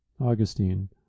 augustine